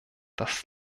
das